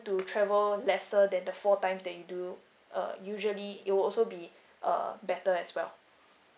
to travel lesser than the four times that you do uh usually it will also be uh better as well